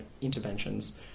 interventions